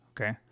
Okay